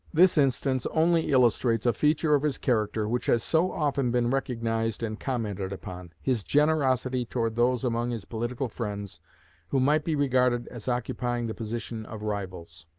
this instance only illustrates a feature of his character which has so often been recognized and commented upon his generosity toward those among his political friends who might be regarded as occupying the position of rivals.